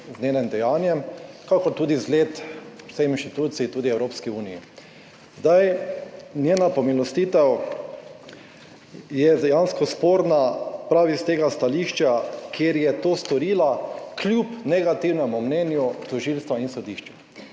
z njenim dejanjem kakor tudi zgled vsem inštitucij, tudi Evropski uniji. Njena pomilostitev je dejansko sporna prav s tega stališča, ker je to storila kljub negativnemu mnenju tožilstva in sodišča.